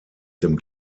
dem